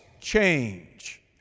change